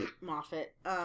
Moffat